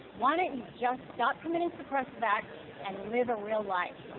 why don't you just stop committing suppressive acts and live a real life